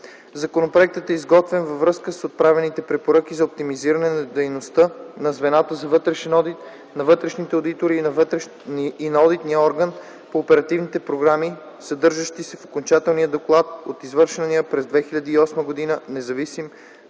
Законопроектът е изготвен във връзка с отправените препоръки за оптимизиране на дейността на звената за вътрешен одит, на вътрешните одитори и на Одитния орган по оперативните програми, съдържащи се в окончателния доклад от извършения през 2008 г. независим